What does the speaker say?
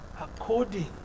According